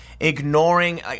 ignoring